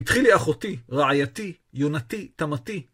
התחילי אחותי, רעייתי, יונתי, תמתי.